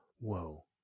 whoa